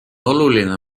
oluline